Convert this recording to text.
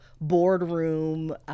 boardroom